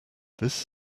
this